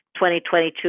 2022